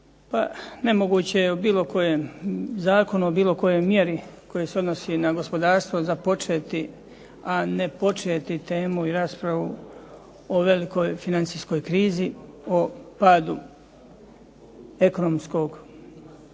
Nemoguće je o bilo kojem zakonu, o bilo kojoj mjeri koja se odnosi na gospodarstvo započeti, a ne početi temu i raspravu o velikoj financijskoj krizi, o padu ekonomskog